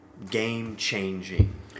Game-changing